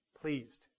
pleased